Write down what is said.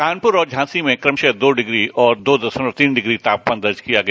कानपुर और झांसी में कमशः दो डिग्री और दो दशमलव तीन डिग्री तापमान दर्ज किया गया